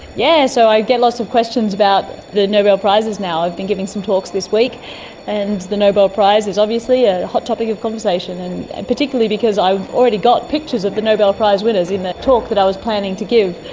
yeah so i get lots of questions about the nobel prizes now. i've been giving some talks this week and the nobel prize is obviously a hot topic of conversation, and and particularly because i've already got pictures of the nobel prize winners in that talk that i was planning to give,